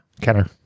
Kenner